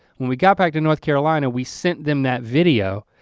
when we got back to north carolina, we sent them that video.